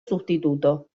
sustituto